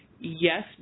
Yes